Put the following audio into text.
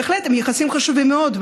בהחלט הם יחסים חשובים מאוד,